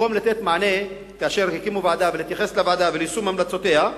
במקום לתת מענה ולהתייחס לוועדה וליישום המלצותיה,